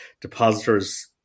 depositors